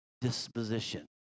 disposition